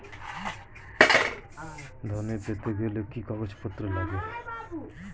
ঋণ পেতে গেলে কি কি কাগজপত্র লাগে?